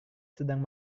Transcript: sedang